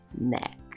neck